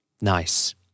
Nice